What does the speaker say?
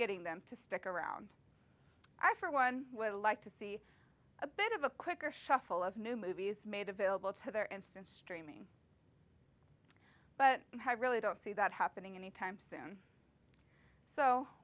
getting them to stick around i for one would like to see a bit of a quicker shuffle of new movies made available to their instant streaming but i really don't see that happening anytime soon so